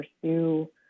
pursue